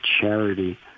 charity